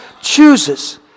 chooses